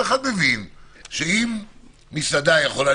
אבל כל אחד מבין שאם מסעדה יכולה